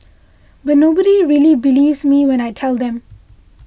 but nobody really believes me when I tell them